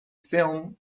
film